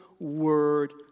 word